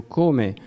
come